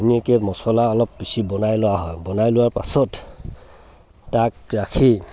ধুনীয়াকৈ মছলা অলপ পিছি বনাই লোৱা হয় বনাই লোৱাৰ পাছত তাক ৰাখি